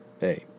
Hey